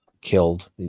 killed